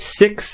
six